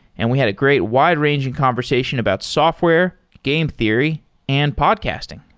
and we had a great wide ranging conversation about software, game theory and podcasting.